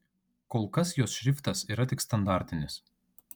kol kas jos šriftas yra tik standartinis